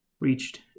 reached